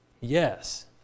yes